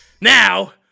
Now